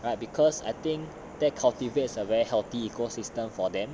but because I think that cultivates a very healthy ecosystem for them